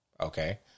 okay